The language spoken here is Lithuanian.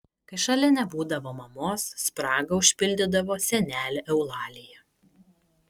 kai šalia nebūdavo mamos spragą užpildydavo senelė eulalija